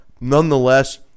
Nonetheless